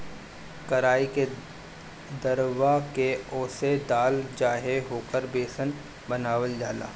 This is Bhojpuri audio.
कराई के दरवा के ओसे दाल चाहे ओकर बेसन बनावल जाला